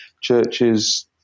churches